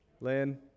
Lynn